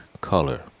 color